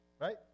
right